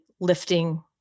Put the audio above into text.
lifting